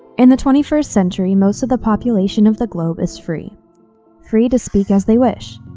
in the twenty first century most of the population of the globe is free free to speak as they wish,